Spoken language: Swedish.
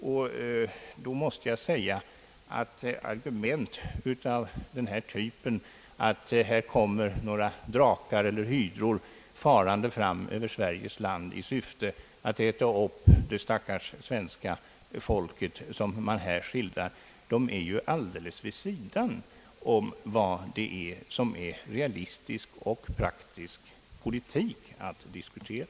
Jag måste säga herr Larsson att argument av den typen, att här kommer drakar eller hydror farande fram över Sveriges land i syfte att äta upp det stackars svenska folket, ligger vid sidan om vad som är realistisk och praktisk politik att diskutera.